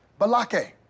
Balake